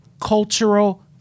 cultural